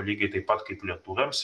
lygiai taip pat kaip lietuviams